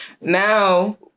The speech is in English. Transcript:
now